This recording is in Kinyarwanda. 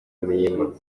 inyuma